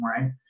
right